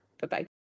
Bye-bye